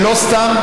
ולא סתם.